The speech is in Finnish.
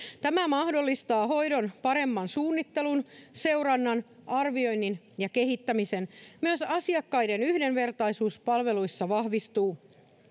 tämä mahdollistaa hoidon paremman suunnittelun seurannan arvioinnin ja kehittämisen myös asiakkaiden yhdenvertaisuus palveluissa vahvistuu